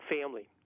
family